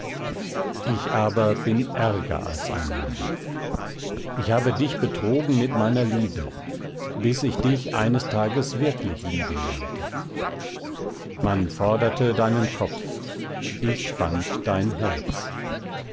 ich aber bin ärger als ein mörder ich habe dich betrogen mit meiner liebe bis ich dich eines tages wirklich lieben lernte man forderte deinen kopf ich fand dein herz